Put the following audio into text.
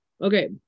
Okay